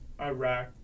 Iraq